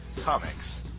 Comics